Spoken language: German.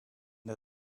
der